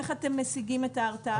איך אתם משיגים אתה הרתעה.